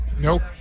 Nope